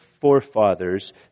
forefathers